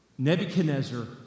Nebuchadnezzar